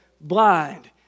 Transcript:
blind